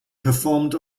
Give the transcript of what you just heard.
performed